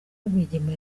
rwigema